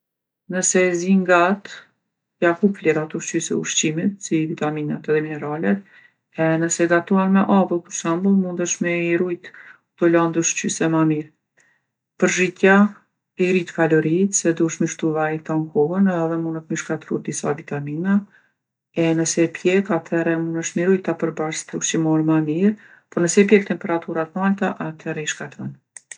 Nëse e zin gat, ja hup vlerat ushqyse ushqimit si vitaminat edhe mineralet, e nëse e gatuan me avull për shembull, mundesh me i rujtë kto landë ushqyse ma mirë. Përzhitja i rritë kaloritë se duhesh me shtu vaj tan kohën edhe munet me i shkatrru disa vitamina. E nëse i pjekë athere munësh me i rujtë kta përbërs ushqimor ma mirë, po nesë i pjekë n'temperatura t'nalta athere i shkatrron.